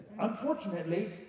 unfortunately